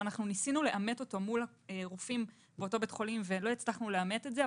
שניסינו לאמת אותו מול רופאים באותו בית חולים ולא הצלחנו לאמת את זה.